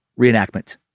reenactment